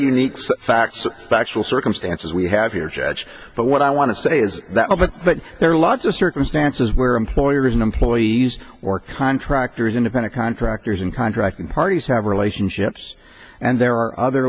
of facts factual circumstances we have here judge but what i want to say is that often but there are lots of circumstances where employers and employees or contractors independent contractors in contracting parties have relationships and there are other